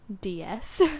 DS